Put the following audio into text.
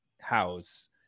house